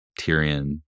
Tyrion